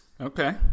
Okay